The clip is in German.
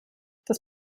das